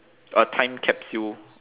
a time capsule